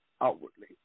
outwardly